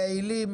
יעילים,